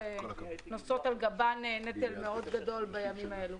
נושאות על גבן נטל מאוד גדול בימים האלה.